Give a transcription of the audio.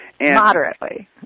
Moderately